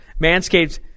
Manscaped